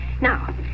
Now